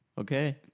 Okay